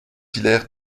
hilaire